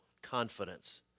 confidence